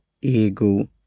Ego